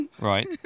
Right